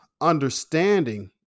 understanding